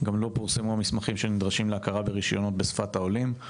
גם לא פורסמו המסמכים שנדרשים להכרה ברישיונות בשפת העולים.